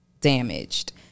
damaged